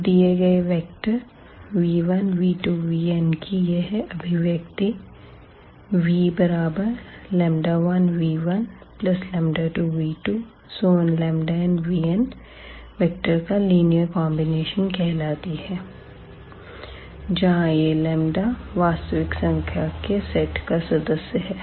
तो दिए गए वेक्टर v1v2vn की यह अभिव्यक्ति vλ1v12v2nvn वेक्टर का लीनियर कॉन्बिनेशन कहलाती है जहां यह लंबदा वास्तविक संख्या के सेट का सदस्य है